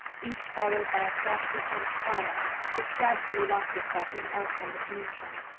each followed by a frosty pink twilight which gradually lost itself in an elfland of moonshine.